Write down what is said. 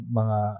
mga